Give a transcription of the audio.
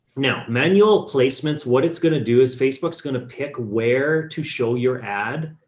now, manual placements. what it's going to do is facebook's going to pick where to show your ad,